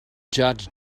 judge